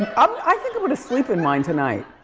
i think i'm gonna sleep in mine tonight.